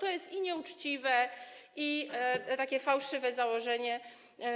To jest nieuczciwe, takie fałszywe założenie,